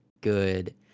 good